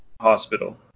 hospital